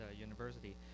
university